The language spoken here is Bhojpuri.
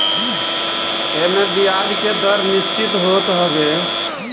एमे बियाज के दर निश्चित होत हवे